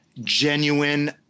genuine